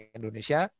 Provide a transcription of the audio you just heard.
Indonesia